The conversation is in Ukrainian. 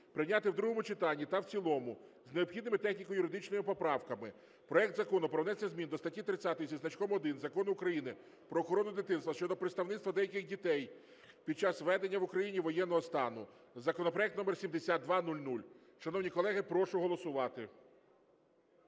прийняти в другому читанні та в цілому з необхідними техніко-юридичними поправками проект Закону про внесення змін до статті 30-1 Закону України "Про охорону дитинства" щодо представництва деяких дітей під час введення в Україні воєнного стану. Законопроект № 7200. Шановні колеги, прошу голосувати.